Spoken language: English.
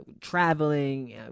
traveling